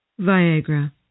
Viagra